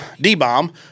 D-bomb